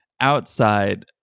Outside